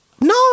No